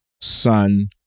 son